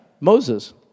Moses